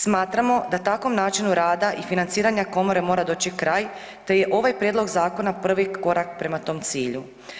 Smatramo da takvom načinu rada i financiranju komore mora doći kraj te je ovaj prijedlog zakona prvi korak prema tom cilju.